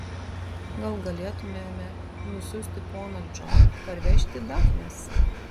gal galėtumėme nusiųsti poną džoną parvežti dafnės